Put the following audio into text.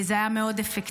זה היה אפקטיבי מאוד.